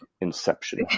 inception